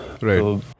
right